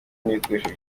n’ibikoresho